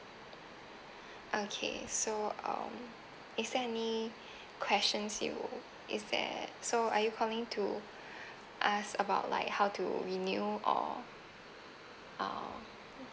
okay so um is there any questions you is there so are you calling to ask about like how to renew or uh